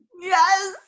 yes